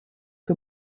que